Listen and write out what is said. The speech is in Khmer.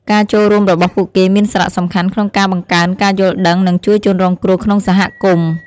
ការចូលរួមរបស់ពួកគេមានសារៈសំខាន់ក្នុងការបង្កើនការយល់ដឹង និងជួយជនរងគ្រោះក្នុងសហគមន៍។